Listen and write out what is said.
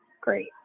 Great